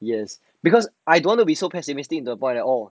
yes because I don't want to be so pessimistic to the point that oh